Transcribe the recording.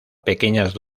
pequeñas